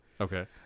Okay